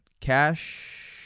Cash